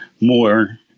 more